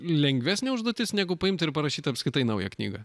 lengvesnė užduotis negu paimt ir parašyt apskritai naują knygą